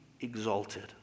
exalted